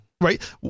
right